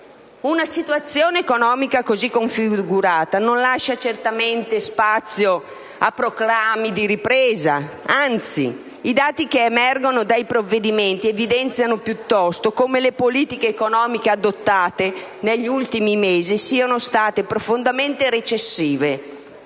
Una situazione economica così configurata non lascia certamente spazio a proclami di ripresa: anzi, i dati che emergono dai provvedimenti evidenziano piuttosto che le politiche economiche adottate negli ultimi mesi sono state profondamente recessive.